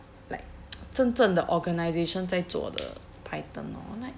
like 真正的 organisation 在做的 python orh like